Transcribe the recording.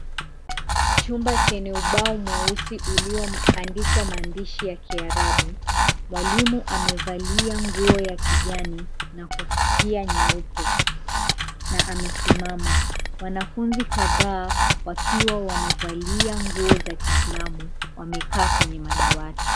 Chumba chenye ubao mweusi ulioandikwa maandishi ya kiarabu, mwalimu amevalia nguo ya kijani na kofia nyeupe na amesimama. Wanafunzi kadhaa wakiwa wamevalia nguo za kiislamu wamekaa kwenye madawati.